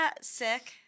sick